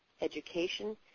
education